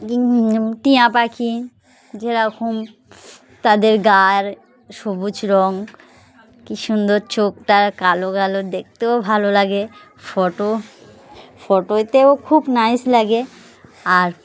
টিয়া পাখি যেরকম তাদের গার সবুজ রঙ কি সুন্দর চোখটা কালো কালো দেখতেও ভালো লাগে ফটো ফটোতেও খুব নাইস লাগে আর